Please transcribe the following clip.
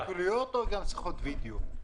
שיחות קוליות או גם שיחות וידיאו?